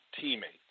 teammates